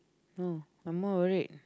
oh I'm more worried